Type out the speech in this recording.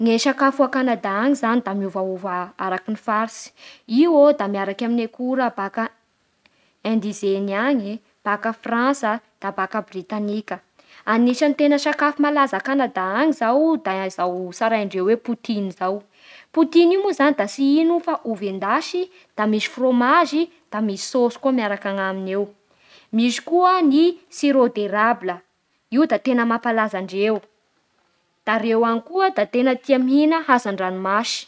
Gne sakafo a Kanada any zany da mioivaova araky gne faritsy Io ô da miaraky amin'ny akora Indizeny any e, baka Fransa da baka Britanika Anisany sakafo tena malaza a Kanada any zao da zao tsaraindreo hoe poutine zao Poutine io moa zany da tsy ino fa ovy endasy, da misy frômage da misy sôsy koa miaraky aminy eo Misy koa ny sirop de rable, io da tena mampalaza andreo Da reo koa tena tia mihina hazan-dranomasy